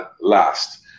last